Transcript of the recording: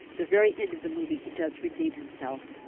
the very end of the movie he does redeem himself.